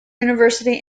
university